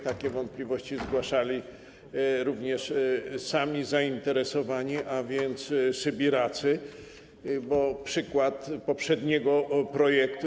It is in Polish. Takie wątpliwości zgłaszali również sami zainteresowani, a więc sybiracy, bo przykład poprzedniego projektu.